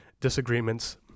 disagreements